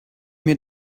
mir